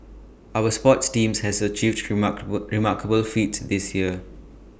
our sports teams have achieved remarkable remarkable feats this year